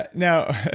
but now,